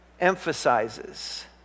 emphasizes